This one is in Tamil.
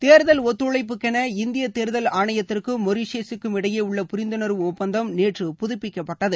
தேர்தல் ஒத்துழைப்புக்கென இந்திய தேர்தல் ஆணையத்திற்கும் மொரிஷியசுக்கும் இடையே உள்ள புரிந்துணர்வு ஒப்பந்தம் நேற்று புதுப்பிக்கப்பட்டது